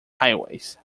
highways